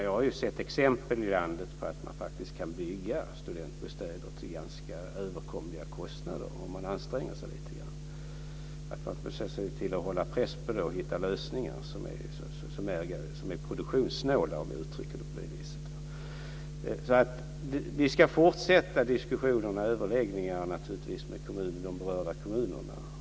Jag har ju sett exempel i landet på att man faktiskt kan bygga studentbostäder till ganska överkomliga kostnader om man anstränger sig lite grann, om man försöker hitta lösningar som är produktionssnåla, om jag uttrycker det så. Vi ska naturligtvis fortsätta diskussionerna och överläggningarna med de berörda kommunerna.